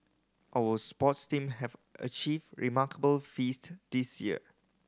our sports team have achieved remarkable feast this year